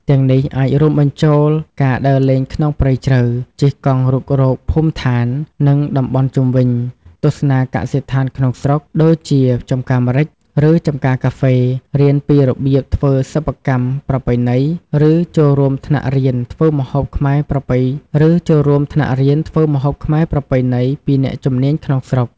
ទាំងនេះអាចរួមបញ្ចូលការដើរលេងក្នុងព្រៃជ្រៅ ជិះកង់រុករកភូមិដ្ឋាន និងតំបន់ជុំវិញ ទស្សនាកសិដ្ឋានក្នុងស្រុក ដូចជាចម្ការម្រេច ឬចម្ការកាហ្វេ រៀនពីរបៀបធ្វើសិប្បកម្មប្រពៃណី ឬចូលរួមថ្នាក់រៀនធ្វើម្ហូបខ្មែរប្រពៃណីពីអ្នកជំនាញក្នុងស្រុក។